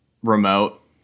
remote